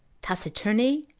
taciturni,